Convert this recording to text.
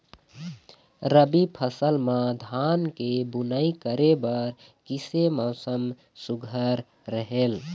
रबी फसल म धान के बुनई करे बर किसे मौसम सुघ्घर रहेल?